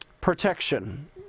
protection